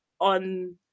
On